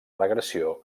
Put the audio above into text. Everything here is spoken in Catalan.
regressió